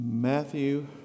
Matthew